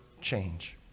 change